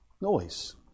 Noise